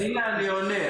הנה, אני עונה.